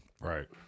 Right